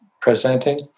presenting